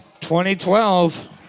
2012